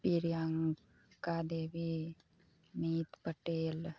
Priyanka Devi Meet Patel